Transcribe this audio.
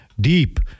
deep